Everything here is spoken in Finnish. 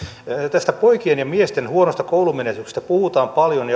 tästä poikien ja miesten huonosta koulumenestyksestä puhutaan paljon